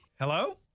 Hello